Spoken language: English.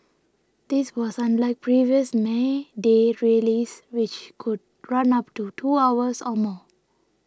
this was unlike previous May Day rallies which could run up to two hours or more